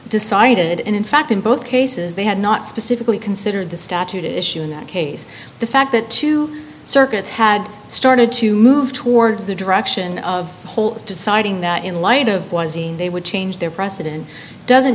decided in fact in both cases they had not specifically considered the statute issue in that case the fact that two circuits had started to move toward the direction of whole deciding that in light of they would change their precedent doesn't